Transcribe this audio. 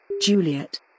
Juliet